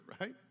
right